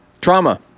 Trauma